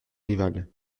rival